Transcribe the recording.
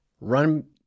run